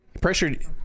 Pressured